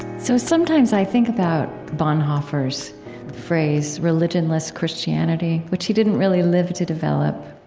so sometimes i think about bonhoeffer's phrase religionless christianity, which he didn't really live to develop.